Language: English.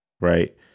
Right